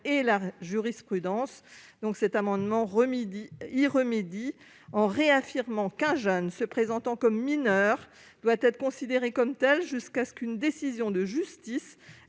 et la jurisprudence. Cet amendement a pour objet, à cet effet, de réaffirmer qu'un jeune se présentant comme mineur doit être considéré comme tel jusqu'à ce qu'une décision de justice